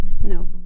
No